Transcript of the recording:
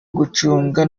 gucunga